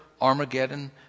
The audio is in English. Armageddon